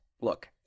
Look